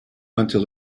until